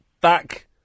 back